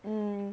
hmm